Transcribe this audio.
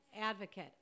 advocate